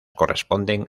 corresponden